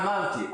אמרתי,